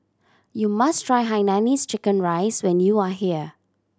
you must try hainanese chicken rice when you are here